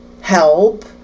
help